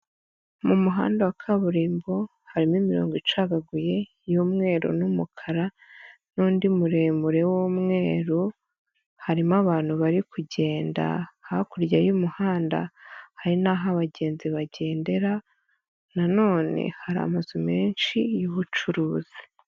Mu muhanda wa kaburimbo harimo imirongo icagaguye y'umweru n'umukara n'undi muremure w'umweru, harimo abantu bari kugenda, hakurya y'umuhanda hari naho abagenzi bagendera na none hari amazu menshi y'ubucuruzi.